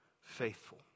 faithful